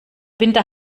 winter